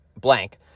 blank